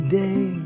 day